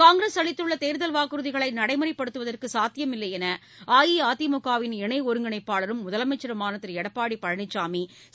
காங்கிரஸ் அளித்துள்ள தேர்தல் வாக்குறுதிகளை நடைமுறைப்படுத்துவதற்கு சாத்தியமில்லை என்று அஇஅதிமுகவிள் இணை ஒருங்கிணைப்பாளரும் முதலமைச்சருமான திரு எடப்பாடி பழனிசாமி கூறியிருக்கிறார்